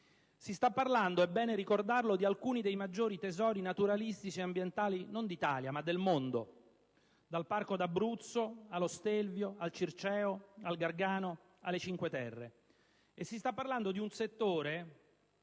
Si sta parlando, è bene ricordarlo, di alcuni dei maggiori tesori naturalistici e ambientali non solo d'Italia, ma del mondo: dal parco d'Abruzzo, allo Stelvio, al Circeo, al Gargano, alle Cinque terre.